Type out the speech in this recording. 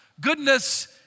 Goodness